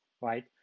right